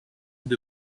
and